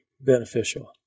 beneficial